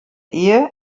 ehe